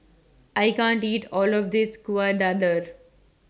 I can't eat All of This Kueh Dadar